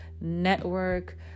network